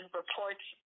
reports